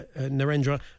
Narendra